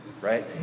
right